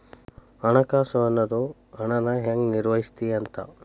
ಹಣಕಾಸು ಅನ್ನೋದ್ ಹಣನ ಹೆಂಗ ನಿರ್ವಹಿಸ್ತಿ ಅಂತ